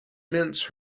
mince